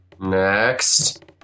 next